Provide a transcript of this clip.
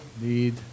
need